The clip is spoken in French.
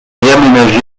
réaménagée